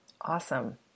Awesome